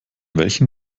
welchem